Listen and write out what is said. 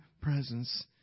presence